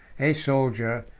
a soldier,